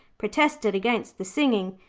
protested against the singing,